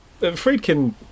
Friedkin